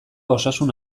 osasun